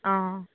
অঁ